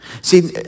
See